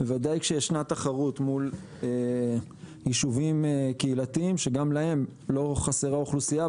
ודאי כשישנה תחרות מול יישובים קהילתיים שגם להם לא חסרה אוכלוסייה,